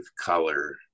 color